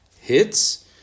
...hits